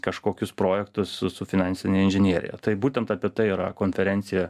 kažkokius projektus su su finansine inžinerija tai būtent apie tai yra konferencija